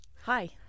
Hi